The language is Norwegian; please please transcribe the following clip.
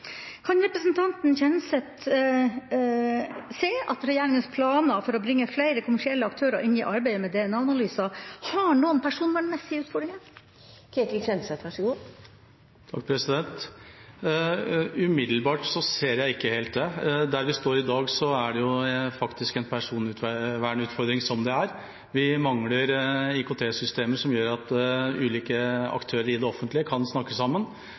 Kan representanten Kjenseth se at regjeringas planer om å bringe flere kommersielle aktører inn i arbeidet med DNA-analyser har noen personvernmessige utfordringer? Umiddelbart ser jeg ikke helt det. Der vi står i dag, er det faktisk en personvernutfordring som det er. Vi mangler IKT-systemer som gjør at ulike aktører i det offentlige kan snakke sammen.